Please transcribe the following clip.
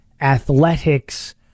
athletics